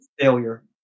failure